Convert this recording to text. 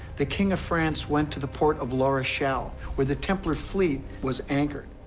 the king of france went to the port of la rochelle, where the templar fleet was anchored,